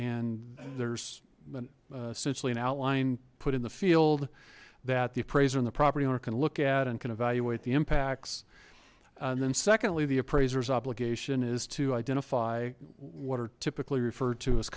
and there's essentially an outline put in the field that the appraiser and the property owner can look at and can evaluate the impacts and then secondly the appraisers obligation is to identify what are typically referred to as